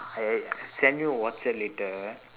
eh eh I send you WhatsApp later ah